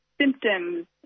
symptoms